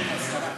כן.